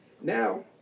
now